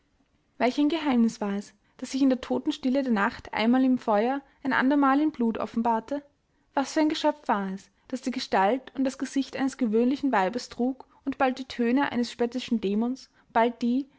welch ein geheimnis war es das sich in der totenstille der nacht einmal in feuer ein ander mal in blut offenbarte was für ein geschöpf war es das die gestalt und das gesicht eines gewöhnlichen weibes trug und bald die töne eines spöttischen dämons bald die